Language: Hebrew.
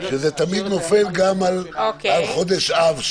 שזה תמיד נופל גם על חודש אב,